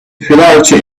popularity